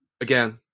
Again